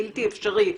בלתי-אפשרי,